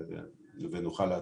ונוכל לעדכן.